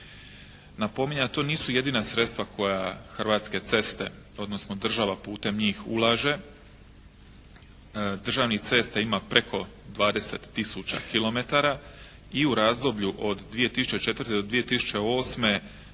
Napominje, to nisu jedina sredstva koja Hrvatske ceste odnosno država putem njih ulaže. Državnih cesta ima preko 20 tisuća kilometara. I u razdoblju od 2004. do 2008. 55%